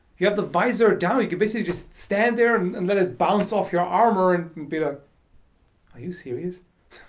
you have the visor down you can basically just stand there and and let it bounce off your armour and be like ah are you serious?